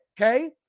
okay